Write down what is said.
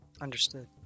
Understood